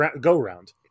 go-round